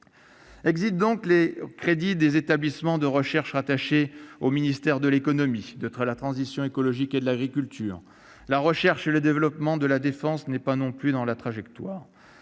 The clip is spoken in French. concernés. donc les crédits des établissements de recherche rattachés aux ministères de l'économie, de la transition écologique et de l'agriculture. La recherche et développement de la défense ne figure pas non plus dans la trajectoire.